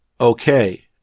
Okay